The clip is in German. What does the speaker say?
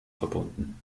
verbunden